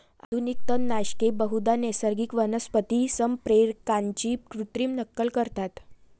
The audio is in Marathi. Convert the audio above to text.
आधुनिक तणनाशके बहुधा नैसर्गिक वनस्पती संप्रेरकांची कृत्रिम नक्कल करतात